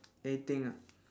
anything ah